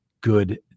good